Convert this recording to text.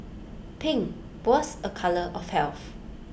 pink was A colour of health